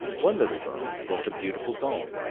one little girl brought a beautiful doll.